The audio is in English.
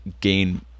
gain